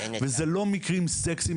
וזה לא מקרים סקסיים,